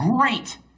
great